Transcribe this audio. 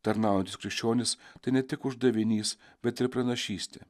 tarnaujantys krikščionys tai ne tik uždavinys bet ir pranašystė